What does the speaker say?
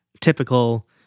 typical